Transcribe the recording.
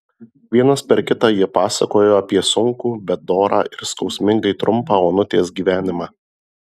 vienas per kitą jie pasakojo apie sunkų bet dorą ir skausmingai trumpą onutės gyvenimą